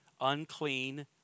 unclean